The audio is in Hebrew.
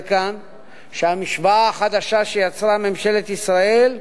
כאן שהמשוואה החדשה שיצרה ממשלת ישראל,